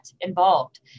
involved